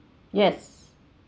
yes